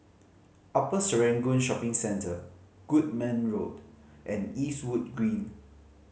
Upper Serangoon Shopping Centre Goodman Road and Eastwood Green